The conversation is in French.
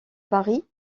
paris